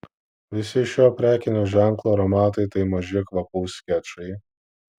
visi šio prekinio ženklo aromatai tai maži kvapų skečai